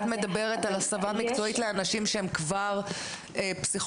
את מדברת על הסבה מקצועית לאנשים שהם כבר פסיכולוגים